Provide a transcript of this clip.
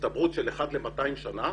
להסתברות של אחד ל-200 שנים,